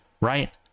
right